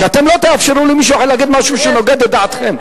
שאתם לא תאפשרו למישהו אחר להגיד משהו שנוגד את דעתכם.